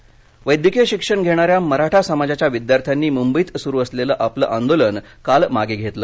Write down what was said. मराठा आरक्षण वैद्यकीय शिक्षण घेणाऱ्या मराठा समाजाच्या विद्यार्थ्यांनी मुंबईत सुरु असलेलं आपलं आंदोलन काल मागे घेतलं